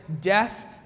death